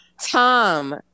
Tom